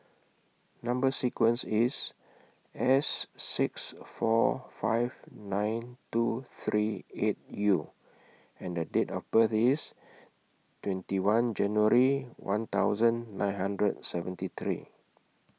Number sequence IS S six four five nine two three eight U and The Date of birth IS twenty one January one thousand nine hundred seventy three